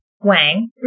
Wang